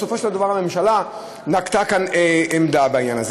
בסופו של דבר, הממשלה נקטה כאן עמדה בעניין הזה.